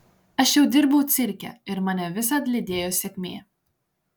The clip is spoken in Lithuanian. aš jau dirbau cirke ir mane visad lydėjo sėkmė